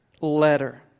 letter